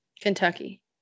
Kentucky